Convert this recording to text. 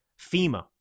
FEMA